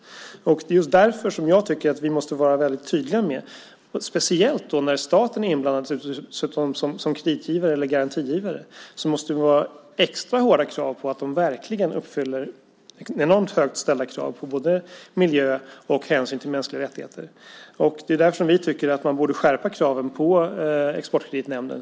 Och det är just därför jag tycker att vi måste ha tydliga och extra hårda krav på miljöhänsyn och mänskliga rättigheter, speciellt när staten är inblandad som kredit eller garantigivare. Därför tycker vi att man borde skärpa kraven på Exportkreditnämnden.